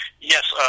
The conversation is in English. Yes